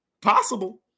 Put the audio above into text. Possible